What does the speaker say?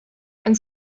and